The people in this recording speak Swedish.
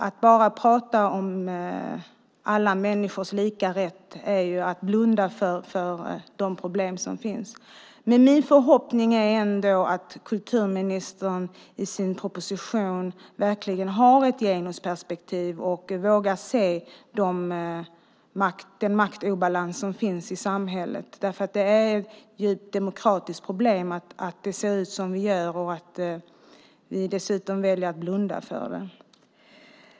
Att bara prata om alla människors lika rätt är ju att blunda för de problem som finns. Min förhoppning är ändå att kulturministern i sin proposition verkligen har ett genusperspektiv och vågar se den maktobalans som finns i samhället. Det är ett djupt demokratiskt problem att det ser ut som det gör och att ni dessutom väljer att blunda för det.